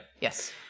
Yes